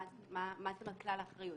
מה זאת כלל האחריות?